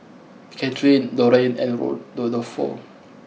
Kathryne Lorrayne and road Rodolfo